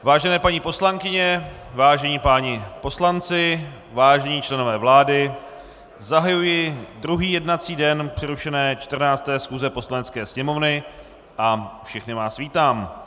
Vážené paní poslankyně, vážení páni poslanci, vážení členové vlády, zahajuji druhý jednací den přerušené 14. schůze Poslanecké sněmovny a všechny vás vítám.